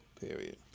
Period